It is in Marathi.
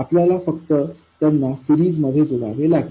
आपल्याला फक्त त्यांना सिरीजमध्ये जोडावे लागते